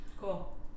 Cool